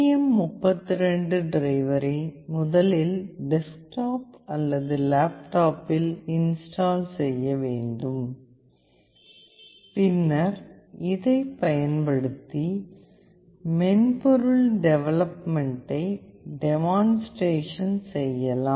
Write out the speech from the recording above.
M32 ட்ரைவரை முதலில் desktop அல்லது லேப்டாப்பில் இன்ஸ்டால் செய்ய வேண்டும் பின்னர் இதைப் பயன்படுத்தி மென்பொருள் டெவலப்மென்ட்ட்டை டெமான்ஸ்டிரேஷன் செய்யலாம்